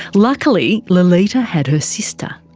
luckily, lolita had her sister.